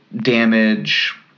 Damage